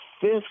fifth